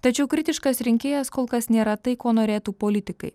tačiau kritiškas rinkėjas kol kas nėra tai ko norėtų politikai